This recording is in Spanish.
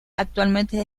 actualmente